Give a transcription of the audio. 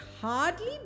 hardly